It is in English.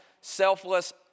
selfless